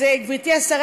אז גברתי השרה,